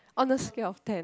on the scale of ten